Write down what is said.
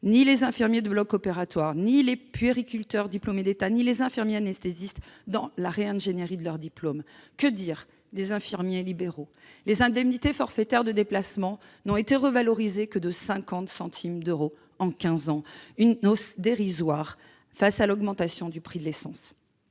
ni les infirmiers de bloc opératoire, ni les puériculteurs diplômés d'État, ni les infirmiers anesthésistes dans la réingénierie de leurs diplômes. Que dire des infirmiers libéraux ? Les indemnités forfaitaires de déplacement n'ont été revalorisées que de cinquante centimes d'euros en quinze ans. Une hausse dérisoire face à l'augmentation du prix de l'essence.